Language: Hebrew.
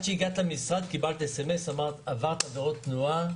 בדרך למשרד קיבלת אס אם אס: עברת עבירות תנועה,